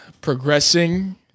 progressing